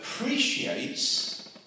appreciates